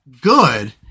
good